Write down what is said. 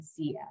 CF